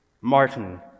Martin